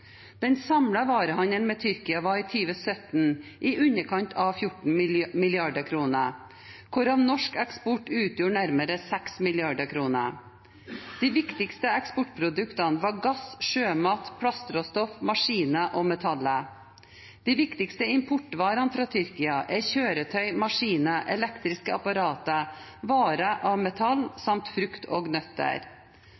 Den samlede varehandelen med Tyrkia var i 2017 i underkant av 14 mrd. kr, hvorav norsk eksport utgjorde nærmere 6 mrd. kr. De viktigste eksportproduktene var gass, sjømat, plastråstoff, maskiner og metaller. De viktigste importvarene fra Tyrkia er kjøretøy, maskiner, elektriske apparater, varer av